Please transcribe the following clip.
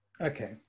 Okay